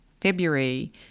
February